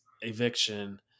eviction